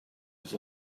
was